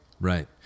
Right